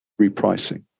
repricing